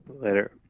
Later